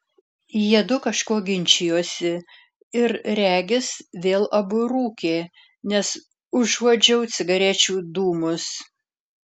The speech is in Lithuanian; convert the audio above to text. jiedu kažko ginčijosi ir regis vėl abu rūkė nes užuodžiau cigarečių dūmus